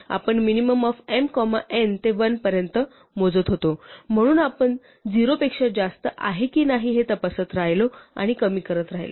आपण minimum of m comma n ते 1 पर्यंत मोजत होतो म्हणून आपण 0 पेक्षा जास्त आहे की नाही हे तपासत राहिलो आणि कमी करत राहिलो